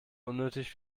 unnötig